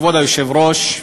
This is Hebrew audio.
כבוד היושב-ראש,